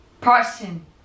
person